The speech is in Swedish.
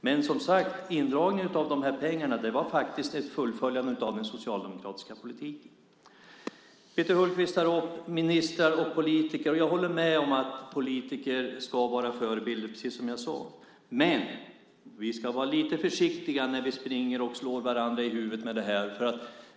Men indragningen av pengarna var som sagt ett fullföljande av den socialdemokratiska politiken. Peter Hultqvist tar upp ministrar och politiker. Jag håller med om att politiker ska vara förebilder, precis som jag sade. Men vi ska vara lite försiktiga när vi springer och slår varandra i huvudet med det här.